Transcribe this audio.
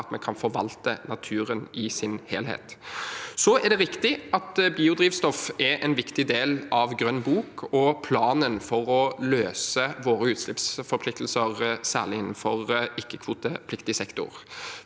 at vi kan forvalte naturen i sin helhet. Det er riktig at biodrivstoff er en viktig del av grønn bok og planen for å oppfylle våre utslippsforpliktelser, særlig innenfor ikke-kvotepliktig sektor.